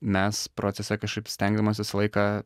mes procese kažkaip stengiamės visą laiką